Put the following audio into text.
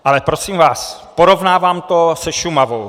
Ale prosím vás, porovnávám to se Šumavou.